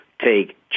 take